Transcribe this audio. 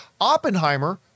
Oppenheimer